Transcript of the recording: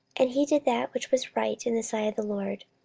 and he did that which was right in the sight of the lord,